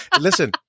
Listen